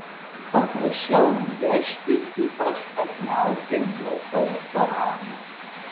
paprašiau nuvežti į prašmatniausią miesto restoraną